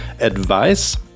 advice